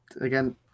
again